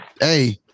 hey